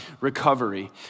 recovery